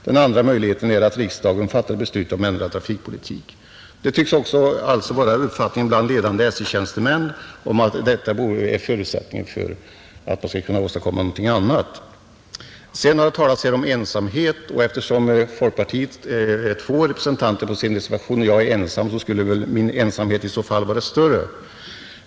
Den andra möjligheten är att riksdagen fattar beslut om ändrad trafikpolitik.” Det tycks alltså vara uppfattningen bland ledande SJ-tjänstemän att detta är förutsättningen för att man skall kunna åstadkomma någonting annat. Sedan har det talats här om ensamhet. Eftersom folkpartiet har två representanter på sin reservation och jag är ensam skulle väl min ensamhet i så fall vara större.